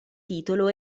titolo